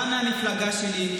גם מהמפלגה שלי,